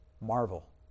Marvel